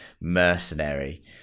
mercenary